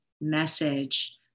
message